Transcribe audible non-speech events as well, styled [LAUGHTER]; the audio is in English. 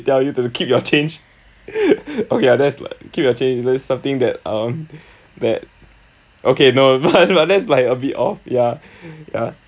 tell you to keep your change [LAUGHS] okay ah that's like keep your change that's something that um that okay no no but that's like a bit off ya ya